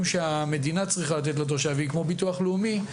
שהמדינה צריכה לתת לתושבים כמו ביטוח לאומי,